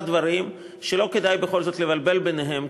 דברים שלא כדאי בכל זאת לבלבל ביניהם,